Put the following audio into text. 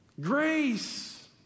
Grace